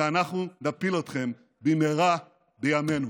כי אנחנו נפיל אתכם במהרה בימינו.